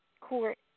court